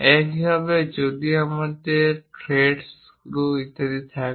একইভাবে যদি আমাদের থ্রেড স্ক্রু ইত্যাদি থাকে